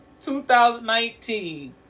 2019